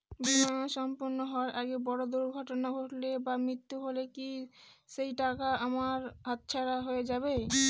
বীমা সম্পূর্ণ হওয়ার আগে বড় দুর্ঘটনা ঘটলে বা মৃত্যু হলে কি সেইটাকা আমার হাতছাড়া হয়ে যাবে?